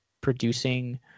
producing